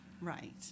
Right